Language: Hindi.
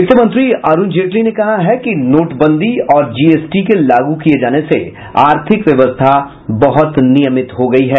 वित्तमंत्री अरुण जेटली ने कहा है कि नोटबंदी और जी एस टी के लागू किए जाने से आर्थिक व्यवस्था बहुत नियमित हो गई है